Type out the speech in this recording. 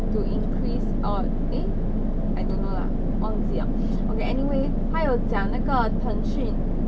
to increase of eh I don't know lah 忘记 liao okay anyway 他有讲那个腾讯